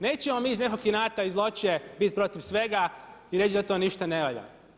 Nećemo mi iz nekog inata i zloće bit protiv svega i reći da to ništa ne valja.